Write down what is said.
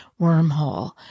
wormhole